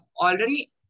already